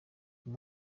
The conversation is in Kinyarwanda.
uyu